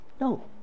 no